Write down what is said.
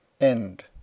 end